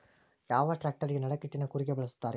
ಯಾವ ಟ್ರ್ಯಾಕ್ಟರಗೆ ನಡಕಟ್ಟಿನ ಕೂರಿಗೆ ಬಳಸುತ್ತಾರೆ?